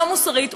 לא מוסרית,